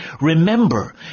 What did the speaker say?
remember